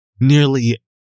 nearly